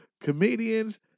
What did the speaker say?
Comedians